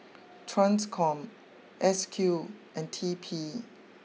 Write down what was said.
Transcom S Q and T P